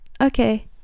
Okay